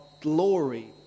glory